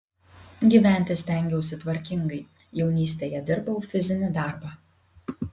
gyventi stengiausi tvarkingai jaunystėje dirbau fizinį darbą